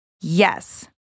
yes